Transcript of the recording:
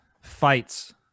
fights